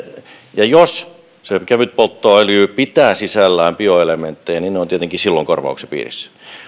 ja jos se kevytpolttoöljy pitää sisällään bioelementtejä niin se on tietenkin silloin korvauksen piirissä